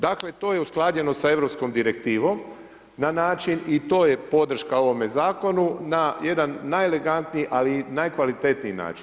Dakle, to je usklađeno sa europskom direktivom na način i to je podrška ovome Zakonu, na jedan najelegantniji ali i najkvalitetniji način.